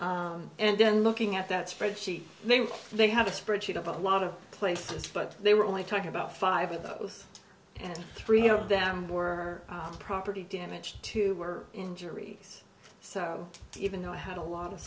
members and then looking at that spreadsheet maybe they have a spreadsheet of a lot of places but they were only talking about five of those and three of them were property damage to were injuries so even though i had a lot of